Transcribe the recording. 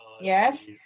yes